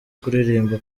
kuririmba